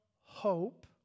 hope